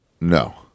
No